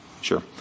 Sure